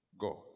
go